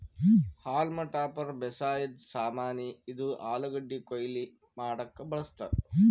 haulm topper ಬೇಸಾಯದ್ ಸಾಮಾನಿ, ಇದು ಆಲೂಗಡ್ಡಿ ಕೊಯ್ಲಿ ಮಾಡಕ್ಕ್ ಬಳಸ್ತಾರ್